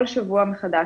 כל שבוע מחדש,